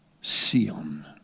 Sion